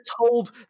told